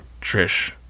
Trish